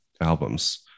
albums